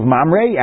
Mamre